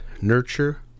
nurture